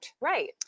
Right